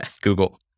Google